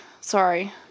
Sorry